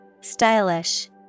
Stylish